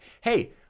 hey